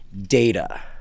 data